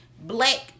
black